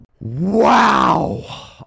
Wow